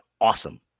awesome